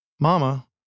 Mama